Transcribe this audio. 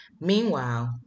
meanwhile